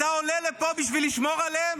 אתה עולה לפה בשביל לשמור עליהם?